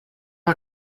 mal